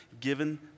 given